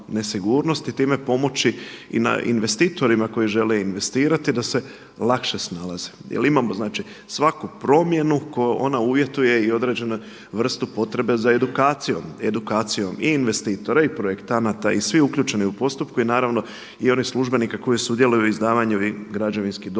i time pomoći i investitorima koji žele investirati da se lakše snalaze. Jel imamo svaku promjenu koja ona uvjete i određenu vrstu potrebe za edukacijom, edukacijom i investitora i projektanata i svih uključenih u postupku i naravno i onih službenika koji sudjeluju u izdavanju građevinskih dozvola.